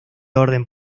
orden